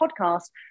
podcast